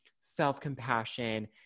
self-compassion